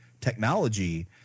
technology